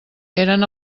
eren